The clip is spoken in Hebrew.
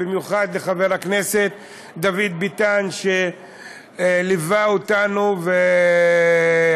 במיוחד לחבר הכנסת דוד ביטן שליווה אותנו ועמד